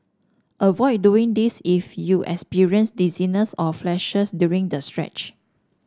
avoid doing this if you experience dizziness or flashes during the stretch